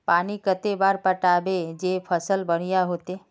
पानी कते बार पटाबे जे फसल बढ़िया होते?